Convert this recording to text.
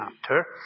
chapter